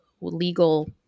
legal